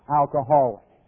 alcoholic